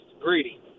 greedy